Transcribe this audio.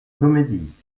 comédie